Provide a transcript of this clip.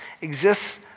exists